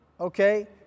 okay